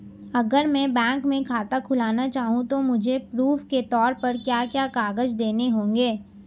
अगर मैं बैंक में खाता खुलाना चाहूं तो मुझे प्रूफ़ के तौर पर क्या क्या कागज़ देने होंगे?